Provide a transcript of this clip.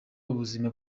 ubuzima